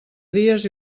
dies